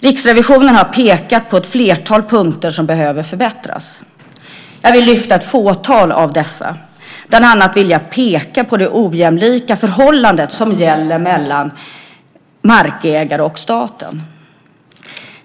Riksrevisionen har pekat på ett flertal punkter som behöver förbättras. Jag vill lyfta fram ett fåtal av dessa, bland annat vill jag peka på det ojämlika förhållande som gäller mellan markägare och staten.